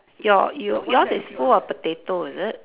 your your your's is full of potato is it